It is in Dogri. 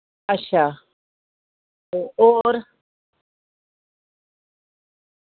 अच्छा होर